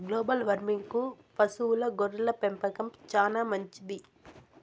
global వార్మింగ్కు పశువుల గొర్రెల పెంపకం చానా మంచిది